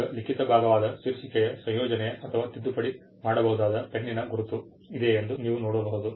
ಈಗ ಲಿಖಿತ ಭಾಗವಾದ ಶೀರ್ಷಿಕೆಯ ಸಂಯೋಜನೆಯ ಅಥವಾ ತಿದ್ದುಪಡಿ ಮಾಡಬಹುದಾದ ಪೆನ್ನಿನ ಗುರುತು ಇದೆ ಎಂದು ನೀವು ನೋಡಬಹುದು